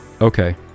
okay